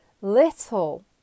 little